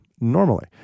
normally